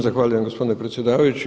Zahvaljujem gospodine predsjedavajući.